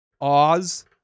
Oz